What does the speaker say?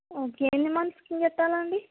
okay ఎన్ని మంత్స్కి పెట్టాలండి